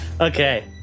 Okay